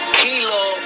kilo